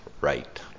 right